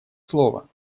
слова